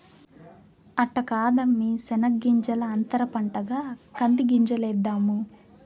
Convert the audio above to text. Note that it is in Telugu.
అట్ట కాదమ్మీ శెనగ్గింజల అంతర పంటగా కంది గింజలేద్దాము